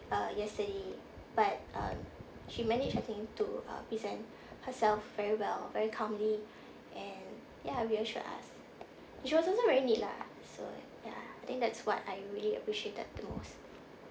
uh yesterday but uh she managed I think to present herself very well very calmly and ya reassured us and she was also very neat lah so ya I think that's what I really appreciated the most